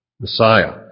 Messiah